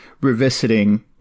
revisiting